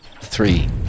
Three